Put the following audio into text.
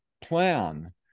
plan